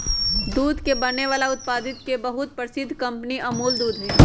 दूध से बने वाला उत्पादित के बहुत प्रसिद्ध कंपनी अमूल दूध हई